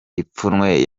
ipfunwe